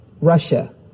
Russia